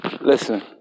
Listen